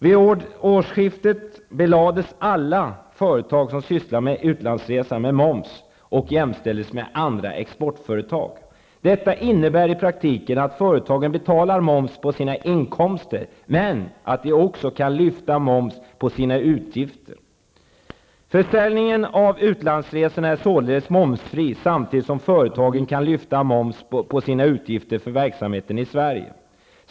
Vid årsskiftet belades alla företag som sysslar med utlandsresor med moms och jämställdes med andra exportföretag. Detta innebär i praktiken att företagen betalar moms på sina inkomster men också att de kan lyfta moms på sina utgifter. Försäljningen av utlandsresorna är således momsfri samtidigt som företagen kan lyfta moms på sina utgifter för verksamheten i Sverige.